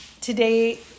today